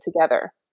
together